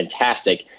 fantastic